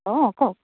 অঁ কওক